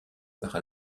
par